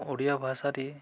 ଓଡ଼ିଆ ଭାଷାରେ